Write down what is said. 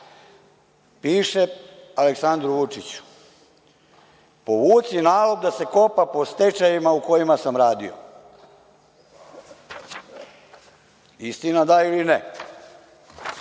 piše Aleksandru Vučiću – povuci nalog da se kopa po stečajevima u kojima sam radio. Istina, da ili ne?